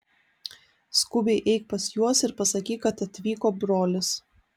skubiai eik pas juos ir pasakyk kad atvyko brolis